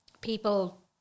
people